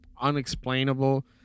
Unexplainable